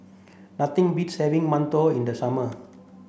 nothing beats having Mantou in the summer